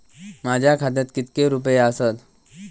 माझ्या खात्यात कितके रुपये आसत?